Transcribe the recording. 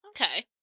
Okay